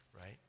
right